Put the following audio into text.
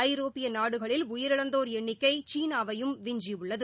ஐரோப்பிய நாடுகளில் உயிரிழந்தோர் எண்ணிக்கை சீனாவையும் விஞ்சியுள்ளது